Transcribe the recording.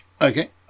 Okay